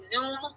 Zoom